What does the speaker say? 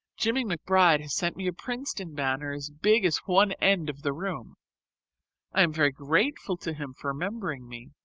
jimmie mcbride has sent me a princeton banner as big as one end of the room i am very grateful to him for remembering me,